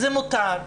זה מותר.